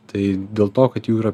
tai dėl to kad jų yra